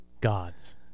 Gods